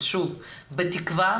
אז שוב, בתקווה